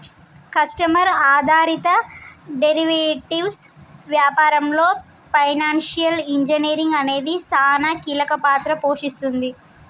customer ఆధారిత derivatives వ్యాపారంలో financial engineering అనేది సానా కీలక పాత్ర పోషిస్తుంది